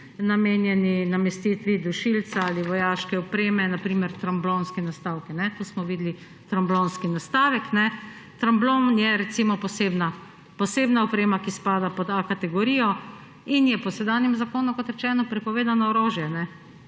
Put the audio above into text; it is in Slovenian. namenjeni namestitvi dušilca ali vojaške opreme, na primer tromblonski nastavki. Tu smo videli tromblonski nastavek. Tromblon je posebna oprema, ki spada pod kategorijo A in je po sedanjem zakonu, kot rečeno, prepovedano orožje.